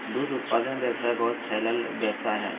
दूध उत्पादन व्यवसाय बहुत फैलल व्यवसाय हइ